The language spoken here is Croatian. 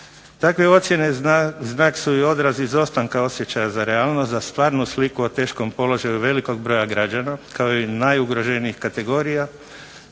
Takve ocjene znak su i odraz izostanka osjećaja za realnost, za stvarnu sliku o teškom položaju velikog broja građana, kao i najugroženijih kategorija,